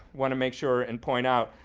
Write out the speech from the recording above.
want to make sure and point out,